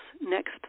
next